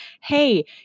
hey